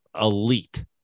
elite